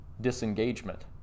disengagement